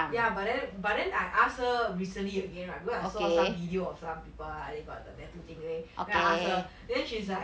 ya but then but then I ask her recently again right because I saw some videos of some people lah they got the tattoo thing okay then I ask her then she's like